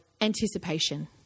anticipation